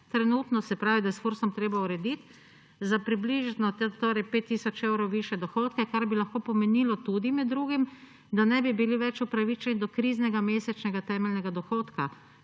trenutno, se pravi, da je s Fursom treba urediti – za približno 5 tisoč evrov višje dohodke. Ali bi to lahko pomenilo tudi med drugim, da ne bi bili več upravičeni do kriznega mesečnega temeljnega dohodka,